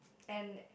and